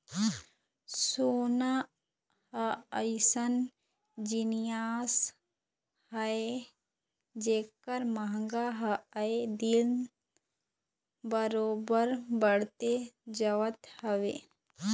सोना ह अइसन जिनिस हरय जेखर मांग ह आए दिन बरोबर बड़ते जावत हवय